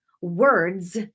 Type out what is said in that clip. words